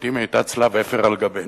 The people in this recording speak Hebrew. שלעתים היתה צלב אפר על גבינו.